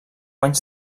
anys